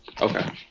Okay